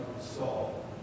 Saul